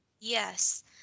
Yes